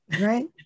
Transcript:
right